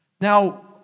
Now